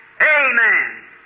Amen